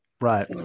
right